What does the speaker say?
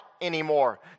anymore